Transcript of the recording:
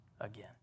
again